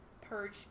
purge